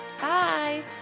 Bye